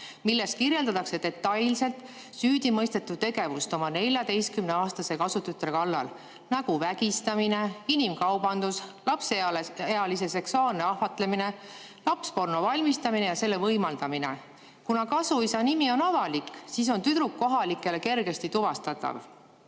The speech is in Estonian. milles kirjeldatakse detailselt süüdimõistetu tegevust oma 14‑aastase kasutütre kallal, nagu vägistamine, inimkaubandus, lapseealise seksuaalne ahvatlemine, lapsporno valmistamine ja selle võimaldamine. Kuna kasuisa nimi on avalik, siis on tüdruk kohalikele kergesti tuvastatav. Tulles